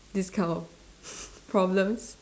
this kind of problems